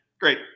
Great